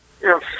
Yes